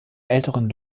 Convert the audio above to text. älteren